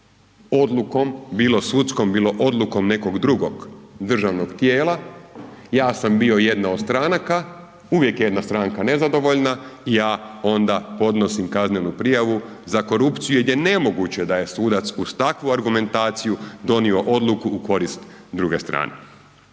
odlukom bilo sudskom bilo odlukom nekog drugog državnog tijela, ja sam bio jedna od stranaka, uvijek je jedna stranka nezadovoljna, ja onda podnosim kaznenu prijavu za korupciju gdje je nemoguće da je sudac uz takvu argumentaciju donio odluku u korist druge strane.